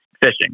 fishing